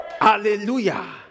Hallelujah